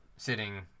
sitting